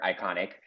iconic